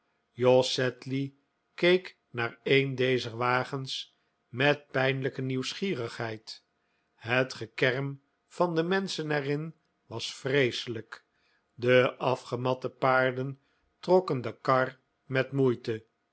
jos sedley keek naar een dezer wagens met pijnlijke nieuwsgierigheid het gekerm van de menschen er in was vreeselijk de afgematte paarden trokken de kar met moeite